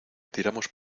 tiramos